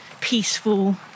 peaceful